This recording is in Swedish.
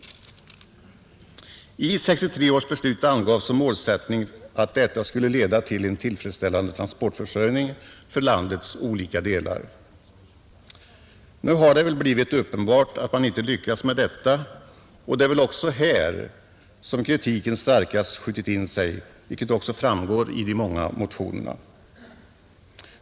I 1963 års beslut angavs målsättningen vara en tillfredsställande transportförsörjning för landets olika delar. Nu har det väl blivit uppenbart att man inte lyckats med detta, och det är väl också här som kritiken starkast skjutit in sig, vilket framgår av de många motionerna.